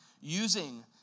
using